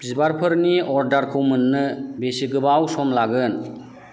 बिबारफोरनि अर्डारखौ मोननो बेसे गोबाव सम लागोन